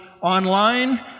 online